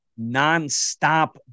nonstop